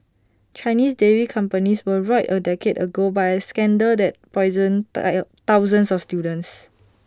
Chinese dairy companies were roiled A decade ago by A scandal that poisoned thousands of students